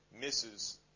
misses